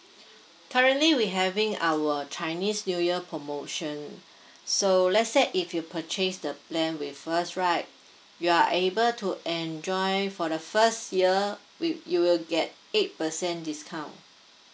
currently we having our chinese new year promotion so let's say if you purchase the plan with us right you are able to enjoy for the first year uh you will get eight percent discount